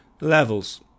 Levels